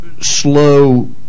slow